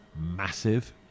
massive